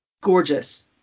gorgeous